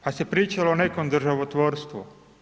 Pa se pričalo o nekom državotvorstvu.